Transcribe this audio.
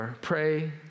pray